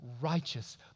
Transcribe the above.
righteous